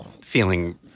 feeling—